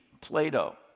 Plato